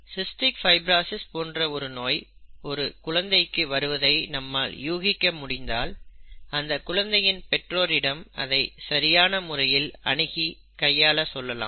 cystic fibrosis போன்ற ஒரு நோய் ஒரு குழந்தைக்கு வருவதை நம்மால் யூகிக்க முடிந்தால் அந்த குழந்தையின் பெற்றோரிடம் அதை சரியான முறையில் அணுகி கையாள சொல்லலாம்